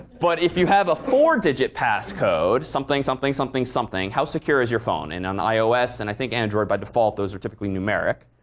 but if you have a four-digit passcode something, something, something, something how secure is your phone? and on ios and i think android by default those are typically numeric.